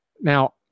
Now